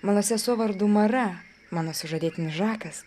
mano sesuo vardu mara mano sužadėtinis žakas